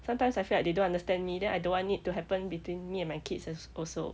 sometimes I feel like they don't understand me then I don't want it to happen between me and my kids as~ also